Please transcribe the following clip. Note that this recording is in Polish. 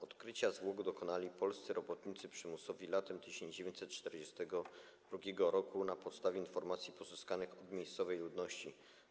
Odkrycia zwłok dokonali polscy robotnicy przymusowi latem 1942 r., na podstawie informacji pozyskanych od miejscowej ludności.